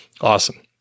Awesome